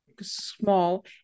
small